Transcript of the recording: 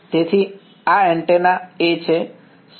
તેથી આ antenna A છે